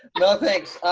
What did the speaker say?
no thanks,